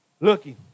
Looking